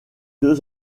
deux